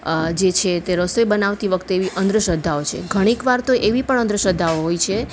જે છે તે રસોઈ બનાવતી વખતે એવી અંધશ્રદ્ધાઓ છે ઘણીક વાર તો એવી પણ અંધશ્રદ્ધાઓ હોય છે